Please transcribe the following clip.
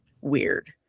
weird